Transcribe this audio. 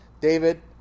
David